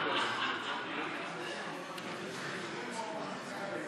רוזנטל ורויטל סויד לסעיף 1 לא נתקבלה.